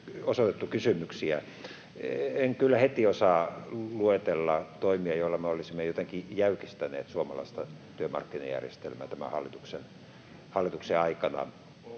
heti osaa luetella toimia, joilla me olisimme jotenkin jäykistäneet suomalaista työmarkkinajärjestelmää tämän hallituksen aikana.